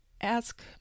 ask